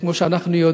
כמו שאנחנו יודעים,